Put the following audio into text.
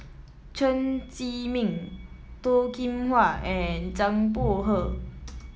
Chen Zhiming Toh Kim Hwa and Zhang Bohe